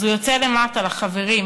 אז הוא יוצא למטה לחברים,